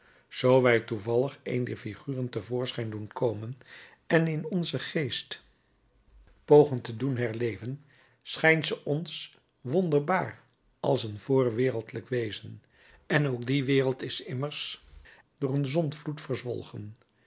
zoo wij toevallig een dier figuren te voorschijn doen komen en in onzen geest pogen te doen herleven schijnt ze ons wonderbaar als een voorwereldlijk wezen en ook die wereld is immers door een zondvloed verzwolgen